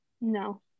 No